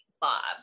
Bob